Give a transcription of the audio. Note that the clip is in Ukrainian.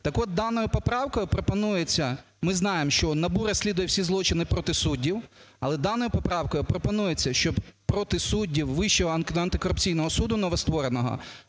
Так от, даною поправкою пропонується, ми знаємо, що НАБУ розслідує всі злочини проти суддів, але даною поправкою пропонується, щоб проти суддів Вищого антикорупційного суду новоствореного,